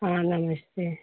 हाँ नमस्ते